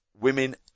women